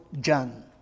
John